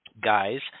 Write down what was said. guys